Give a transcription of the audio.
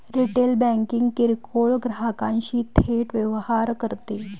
retail banking किरकोळ ग्राहकांशी थेट व्यवहार करते